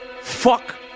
Fuck